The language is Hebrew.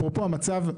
אפרופו המצב,